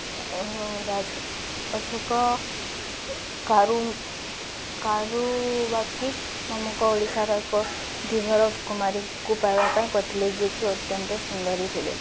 ରାଜ ଅଶୋକ କାରୁ କାରୁବାକି ନମକ ଓଡ଼ିଶାର ଏକ ଧୀବର କୁମାରୀକୁ ପାଇବା ପାଇଁ କରିଥିଲେ ଯିଏକି ଅତ୍ୟନ୍ତ ସୁନ୍ଦରୀ ଥିଲେ